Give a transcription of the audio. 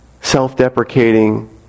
self-deprecating